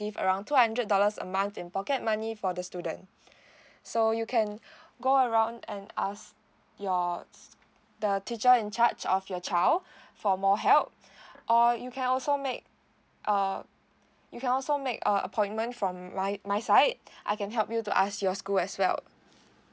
give around two hundred dollars a month in pocket money for the student so you can go around and ask your the teacher in charge of your child for more help or you can also make err you can also make uh appointment from my side I can help you to ask your school as well